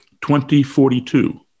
2042